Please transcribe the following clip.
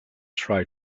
try